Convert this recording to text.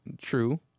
true